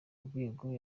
rwego